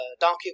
Donkey